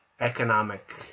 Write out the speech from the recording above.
economic